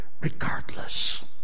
regardless